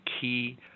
key